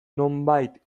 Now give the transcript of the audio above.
nonbait